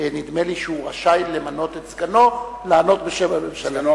נדמה לי שהוא רשאי למנות את סגנו לענות בשם הממשלה.